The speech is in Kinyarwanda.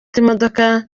imodoka